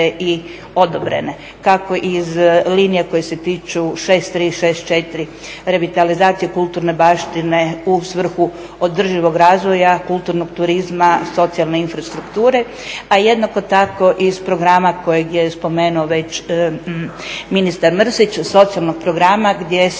i odobrene. Kako iz linija koje se tiču 63 64 revitalizacije kulturne baštine u svrhu održivog razvoja, kulturnog turizma, socijalne infrastrukture, a jednako tako iz programa kojeg je spomenuo već ministar Mrsić, socijalnog programa gdje se